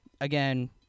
again